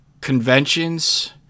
conventions